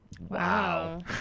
Wow